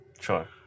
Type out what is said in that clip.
Sure